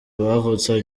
bavutse